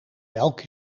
melk